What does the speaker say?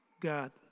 god